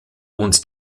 und